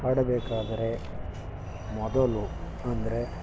ಆಡಬೇಕಾದರೆ ಮೊದಲು ಅಂದರೆ